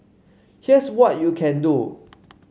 here's what you can do